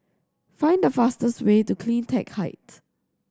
find the fastest way to Cleantech Height